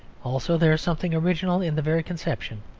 also there is something original in the very conception.